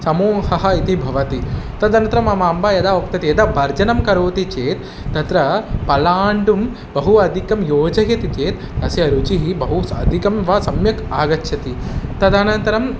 समूहः इति भवति तदनन्तरं मम अम्बा यदा उक्तवती यदा भर्जनं करोति चेत् तत्र पलाण्डुं बहु अधिकं योजयति चेत् अस्य रुचिः बहु स् अधिकं वा सम्यक् आगच्छति तदनन्तरम्